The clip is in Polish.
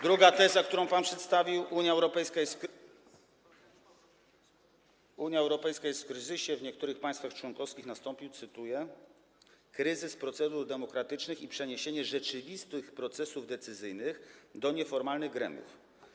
Druga teza, którą pan przedstawił: Unia Europejska jest w kryzysie, w niektórych państwach członkowskich nastąpił, cytuję, kryzys procedur demokratycznych i przeniesienie rzeczywistych procesów decyzyjnych do nieformalnych gremiów.